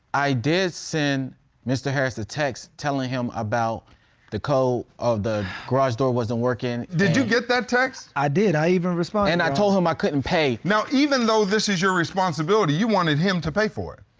i did send mr. harris a text telling him about the code of the garage door wasn't working brogdon did you get the text? i did, i even responded. and i told him i couldn't pay. now, even though this is your responsibility, you wanted him to pay for it.